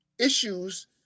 issues